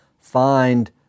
find